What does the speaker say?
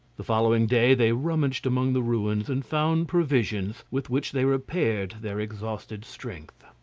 the following day they rummaged among the ruins and found provisions, with which they repaired their exhausted strength.